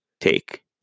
take